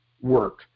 work